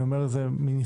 אני אומר את זה מניסיון,